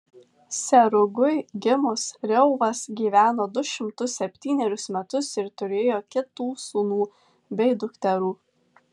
serugui gimus reuvas gyveno du šimtus septynerius metus ir turėjo kitų sūnų bei dukterų